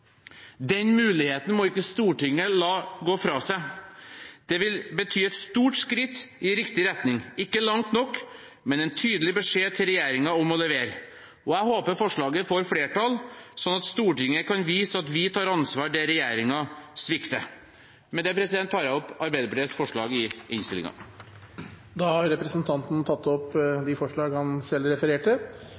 Den muligheten må ikke Stortinget la gå fra seg. Det vil bety et stort skritt i riktig retning, ikke langt nok, men det vil gi en tydelig beskjed til regjeringen om å levere. Jeg håper forslaget får flertall, slik at Stortinget kan vise at vi tar ansvar der regjeringen svikter. Med dette tar jeg opp de forslagene Arbeiderpartiet står alene eller sammen med SV om i innstillingene. Representanten Arild Grande har tatt opp de forslagene han refererte